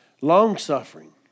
long-suffering